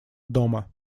дома